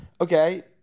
Okay